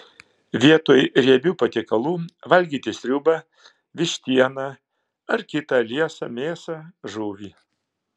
vietoj riebių patiekalų valgyti sriubą vištieną ar kitą liesą mėsą žuvį